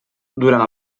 durant